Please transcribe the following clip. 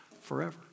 forever